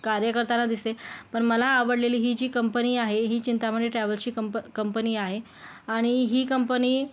कार्य करताना दिसते पण मला आवडलेली ही जी कंपनी आहे ही चिंतामणी ट्रॅव्हल्सची कंप कंपनी आहे आणि ही कंपनी